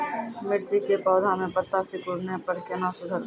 मिर्ची के पौघा मे पत्ता सिकुड़ने पर कैना सुधरतै?